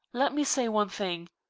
let me say one thing.